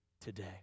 today